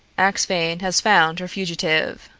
axphain has found her fugitive.